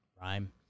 Rhyme